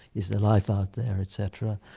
is there life out there et cetera?